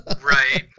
Right